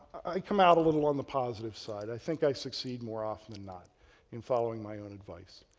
i come out a little on the positive side, i think i succeed more often than not in following my own advice.